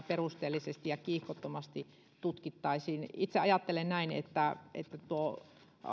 perusteellisesti ja kiihkottomasti tutkittaisiin itse ajattelen näin että tuo